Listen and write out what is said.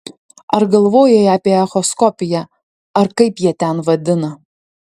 ar galvojai apie echoskopiją ar kaip jie ten vadina